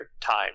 time